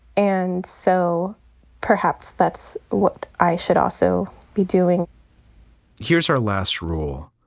and so perhaps that's what i should also be doing here's our last rule.